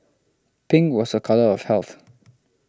pink was a colour of health